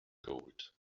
gold